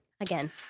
Again